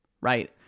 right